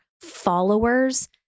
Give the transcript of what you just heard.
followers